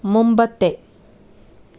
മുമ്പത്തെ